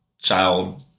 Child